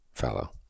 Fellow